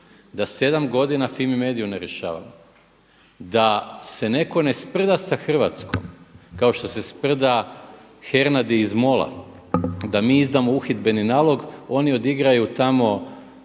da sedam godina FIMI MEDI-u ne rješava, da se neko ne sprda sa Hrvatskom kao što se sprda Hernadi iz MOL-a da mi izdamo uhidbeni nalog, oni odigraju tamo